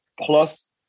plus